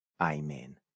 Amen